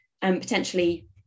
potentially